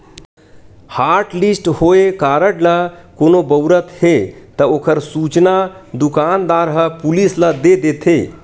hotlist होए card ल कोनो बउरत हे त ओखर सूचना दुकानदार ह पुलिस ल दे देथे